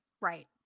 Right